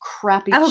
crappy